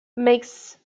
makes